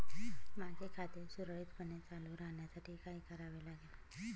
माझे खाते सुरळीतपणे चालू राहण्यासाठी काय करावे लागेल?